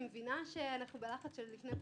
אני מבינה שאנחנו בלחץ של לפני הבחירות,